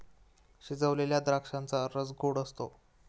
शिजवलेल्या द्राक्षांचा रस गोड असतो